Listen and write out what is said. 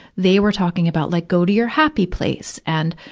they were talking about like go to your happy place and,